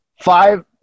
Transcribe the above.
five